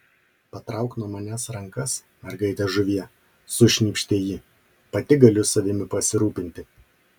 patrauk nuo manęs rankas mergaite žuvie sušnypštė ji pati galiu savimi pasirūpinti